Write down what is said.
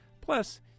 Plus